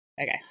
Okay